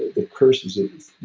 the curse is is